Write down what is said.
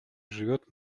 живет